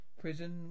Prison